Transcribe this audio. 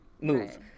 move